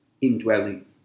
indwelling